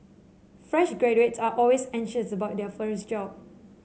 fresh graduates are always anxious about their first job